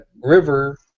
River